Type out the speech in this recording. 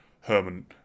Herman